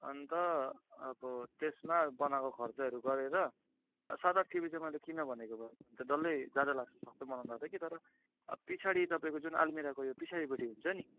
अन्त अब त्यसमा बनाएको खर्चहरू गरेर सात आठ किबी चाहिँ मैले किन भनेको भन्दा डल्लै ज्यादा लाग्छ सबै बनाउँदा त कि तर अब पछाडि तपाईँको जुन आलमिराको उयो पछाडिपट्टि हुन्छ नि